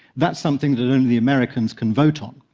that's something that only the americans can vote on.